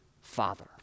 father